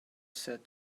said